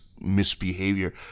misbehavior